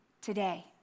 today